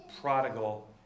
prodigal